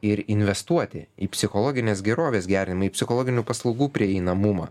ir investuoti į psichologinės gerovės gerinimą į psichologinių paslaugų prieinamumą